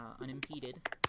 unimpeded